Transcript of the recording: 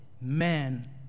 man